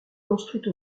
construite